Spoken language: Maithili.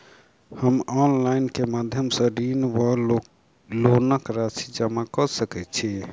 हम ऑनलाइन केँ माध्यम सँ ऋणक वा लोनक राशि जमा कऽ सकैत छी?